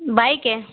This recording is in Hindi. बाइक है